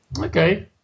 Okay